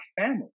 family